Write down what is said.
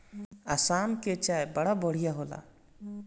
आसाम के चाय बड़ा बढ़िया होला